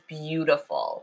beautiful